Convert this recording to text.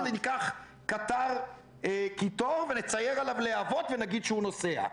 ניקח קטר ונצייר עליו להבות ונגיד שהוא נוסע.